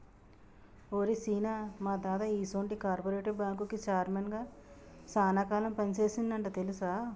ఓరి సీన, మా తాత ఈసొంటి కార్పెరేటివ్ బ్యాంకుకి చైర్మన్ గా సాన కాలం పని సేసిండంట తెలుసా